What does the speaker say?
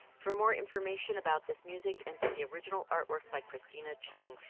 for more information about this music and to see original artwork by christina chung.